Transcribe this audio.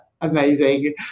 amazing